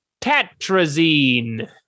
Tetrazine